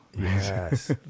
Yes